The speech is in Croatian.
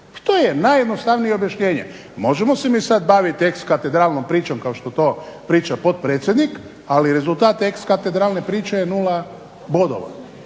to je najjednostavnije objašnjenje. Možemo se mi sada baviti exkatedralnom pričom kao što to priča potpredsjednik, ali rezultat exkatedralne priče je nula bodova.